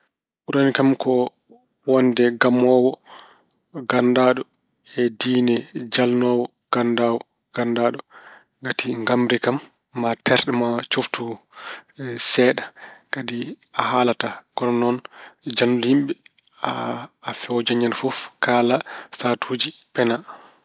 Ɓurani kam ko wonde gamoowo ganndaaɗo e diine jalnoowo ganndawo- ganndaaɗo. Ngati ngamri kam maa terɗe ma softu seeɗa, kadi a haalataa. Kono noon jalnude yimɓe a feeejan ñande kaala, sahaatuji pena.